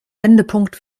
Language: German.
wendepunkt